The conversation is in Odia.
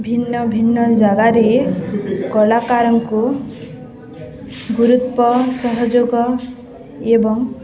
ଭିନ୍ନ ଭିନ୍ନ ଜାଗାରେ କଳାକାରଙ୍କୁ ଗୁରୁତ୍ୱ ସହଯୋଗ ଏବଂ